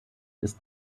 ist